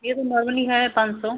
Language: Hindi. यह तो नॉर्मली है पाँच सौ